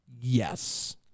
Yes